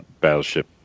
Battleship